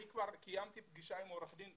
אני כבר קיימתי פגישה עם עורך דין,